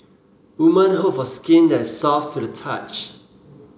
women hope for skin that is soft to the touch